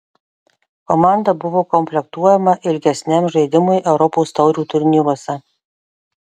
komanda buvo komplektuojama ilgesniam žaidimui europos taurių turnyruose